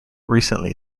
recently